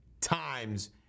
times